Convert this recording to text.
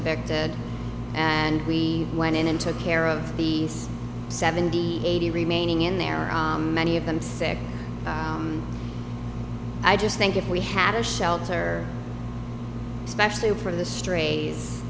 affected and we went in and took care of these seventy eighty remaining in there are many of them sick i just think if we had a shelter especially for the strays